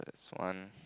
swan